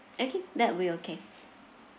okay that'll be okay